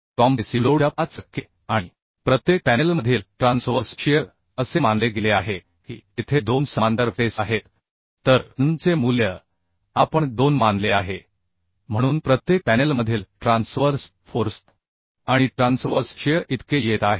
compressive लोडच्या 5 टक्के आणि प्रत्येक पॅनेलमधील ट्रान्सवर्स शिअर असे मानले गेले आहे की तेथे दोन समांतर फेस आहेत तर n चे मूल्य आपण 2 मानले आहे म्हणून प्रत्येक पॅनेलमधील ट्रान्सवर्स फोर्स आणि ट्रान्सवर्स शिअर इतके येत आहे